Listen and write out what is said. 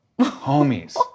homies